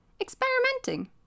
experimenting